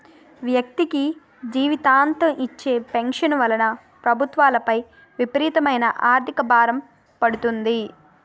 వ్యక్తికి జీవితాంతం ఇచ్చే పెన్షన్ వలన ప్రభుత్వాలపై విపరీతమైన ఆర్థిక భారం పడుతుంది